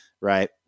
right